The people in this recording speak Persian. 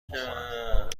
بخورم